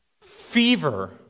fever